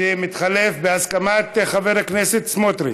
שמתחלף בהסכמת חבר הכנסת סמוטריץ.